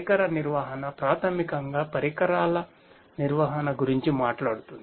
పరికర నిర్వహణ ప్రాథమికంగా పరికరాల నిర్వహణ గురించి మాట్లాడుతుంది